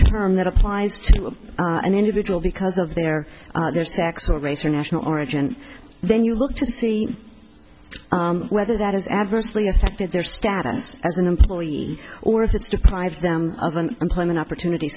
terms that applies to an individual because of their sex or race or national origin then you look to see whether that has adversely affected their status as an employee or if it's deprives them of an employment opportunit